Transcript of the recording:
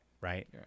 right